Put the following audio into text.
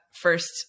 first